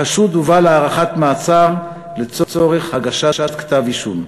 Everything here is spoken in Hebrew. החשוד הובא להארכת מעצר לצורך הגשת כתב-אישום.